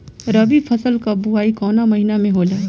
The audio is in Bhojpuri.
रबी फसल क बुवाई कवना महीना में होला?